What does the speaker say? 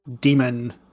demon